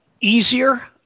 easier